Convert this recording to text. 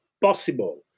possible